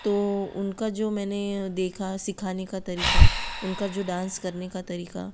तो उनका जो मैंने देखा सिखाने का तरीक़ा उनका जो डांस करने का तरीक़ा